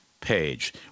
page